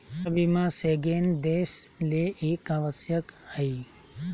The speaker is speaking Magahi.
यात्रा बीमा शेंगेन देश ले एक आवश्यक हइ